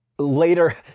Later